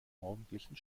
morgendlichen